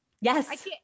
Yes